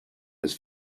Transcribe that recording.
his